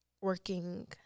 Working